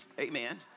Amen